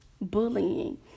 Bullying